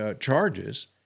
charges